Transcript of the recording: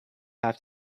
have